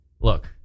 Look